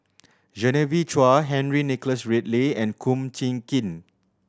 Genevieve Chua Henry Nicholas Ridley and Kum Chee Kin